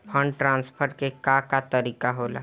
Fund transfer के का तरीका होला?